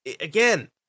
again